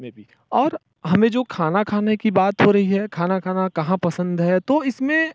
maybe और हमें जो खाना खाने की बात हो रही है खाना खाना कहाँ पसंद है तो इसमें